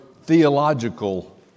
theological